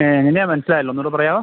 എങ്ങനെയാണ് മനസ്സിലായില്ല ഒന്നും കൂടെ പറയാവോ